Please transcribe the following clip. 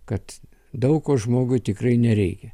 kad daug ko žmogui tikrai nereikia